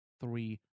three